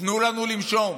תנו לנו לנשום.